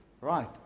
right